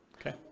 Okay